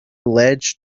ledge